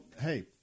hey